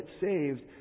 saved